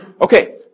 Okay